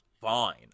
Fine